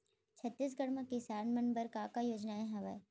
छत्तीसगढ़ म किसान मन बर का का योजनाएं हवय?